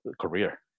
career